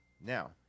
now